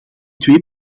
twee